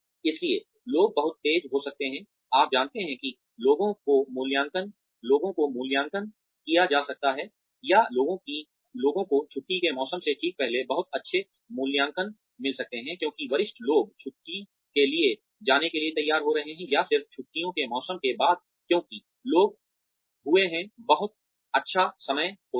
इसलिए लोग बहुत तेज़ हो सकते हैं आप जानते हैं कि लोगों को मूल्यांकन किया जा सकता है या लोगों को छुट्टियों के मौसम से ठीक पहले बहुत अच्छे मूल्यांकन मिल सकते हैं क्योंकि वरिष्ठ लोग छुट्टी के लिए जाने के लिए तैयार हो रहे हैं या सिर्फ छुट्टियों के मौसम के बाद क्योंकि लोग हुए हैं बहुत अच्छा समय होता है